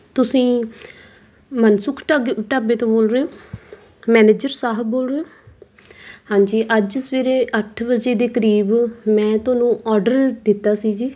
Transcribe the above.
ਤੁਸੀਂ ਮਨਸੁੱਖ ਢਾਗ ਢਾਬੇ ਤੋਂ ਬੋਲ ਰਹੇ ਹੋ ਮੈਨੇਜਰ ਸਾਹਿਬ ਬੋਲ ਰਹੇ ਹਾਂਜੀ ਅੱਜ ਸਵੇਰੇ ਅੱਠ ਵਜੇ ਦੇ ਕਰੀਬ ਮੈਂ ਤੁਹਾਨੂੰ ਆਰਡਰ ਦਿੱਤਾ ਸੀ ਜੀ